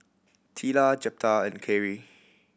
Teela Jeptha and Carey